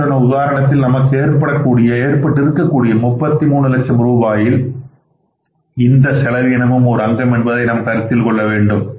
மேற்சொன்ன உதாரணத்தில் நமக்கு ஏற்பட்ட இருக்கக்கூடிய 33 லட்சம் ரூபாயில் இந்த செலவினமும் ஒரு அங்கம் என்பதை நாம் கருத்தில் கொள்ள வேண்டும்